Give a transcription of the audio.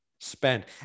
spend